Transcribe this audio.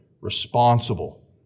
responsible